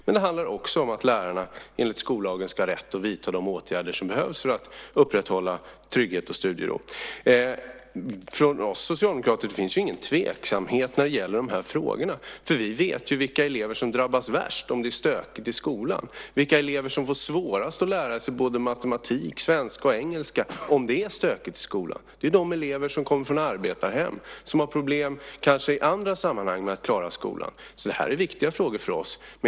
Det handlar också om att lärarna enligt skollagen ska ha rätt att vidta de åtgärder som behövs för att upprätthålla trygghet och studiero. För oss socialdemokrater finns det ingen tveksamhet när det gäller de här frågorna. Vi vet ju vilka elever som drabbas värst om det är stökigt i skolan, vilka elever som får det svårast att lära sig matematik, svenska och engelska om det är stökigt i skolan. Det är de elever som kommer från arbetarhem, som kanske i andra sammanhang har problem att klara skolan. Det är viktiga frågor för oss.